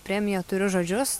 premiją turiu žodžius